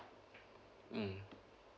mm